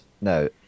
No